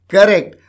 Correct